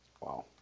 wow